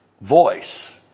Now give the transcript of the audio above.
voice